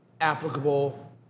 applicable